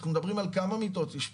אנחנו מדברים על כמה מיטות אשפוז,